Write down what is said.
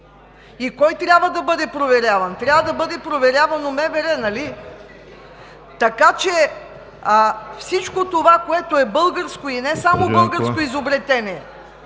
И кой трябва да бъде проверяван? Трябва да бъде проверявано МВР, нали? (Реплики от ГЕРБ.) Така че всичко това, което е българско и не само българско изобретение…